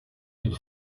ils